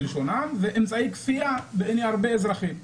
בלשונם ואמצעי כפייה בעיני הרבה אזרחים.